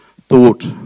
thought